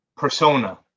persona